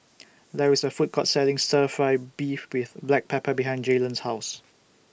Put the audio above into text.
There IS A Food Court Selling Stir Fry Beef with Black Pepper behind Jaylon's House